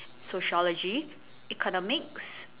sociology economics